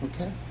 okay